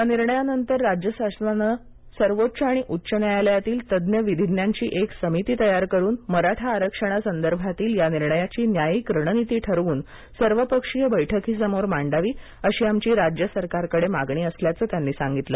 या निर्णयनांतर राज्य शासनानं सर्वोच्च आणि उच्च न्यायालयातील तज्ज्ञ विधीज्ञाची एक समिती तयार करून मराठा आरक्षणासंदर्भातील या निर्णयाची न्यायिक रणनिती ठरवून सर्वपक्षीय बैठकीसमोर मांडावीअशी आमची राज्यसरकारकडं मागणी असल्याचं त्यांनी सांगितलं